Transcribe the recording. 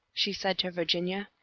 she said to virginia.